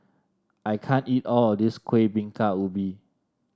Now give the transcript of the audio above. I can't eat all of this Kueh Bingka Ubi